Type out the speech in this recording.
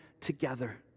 together